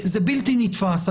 זה בלתי נתפס.